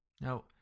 Now